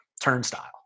turnstile